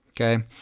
Okay